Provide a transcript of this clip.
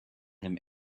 him